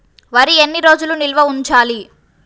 వరి ఎన్ని రోజులు నిల్వ ఉంచాలి?